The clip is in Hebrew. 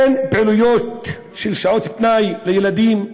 אין פעילויות של שעות פנאי לילדים.